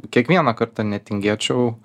kiekvieną kartą netingėčiau